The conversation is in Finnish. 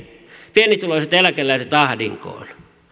pienituloiset eläkeläiset ahdinkoon